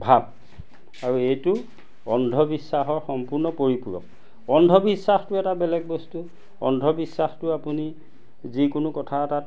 ভাৱ আৰু এইটো অন্ধবিশ্বাসৰ সম্পূৰ্ণ পৰিপূৰক অন্ধবিশ্বাসটো এটা বেলেগ বস্তু অন্ধবিশ্বাসটো আপুনি যিকোনো কথা এটাত